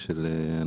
אנחנו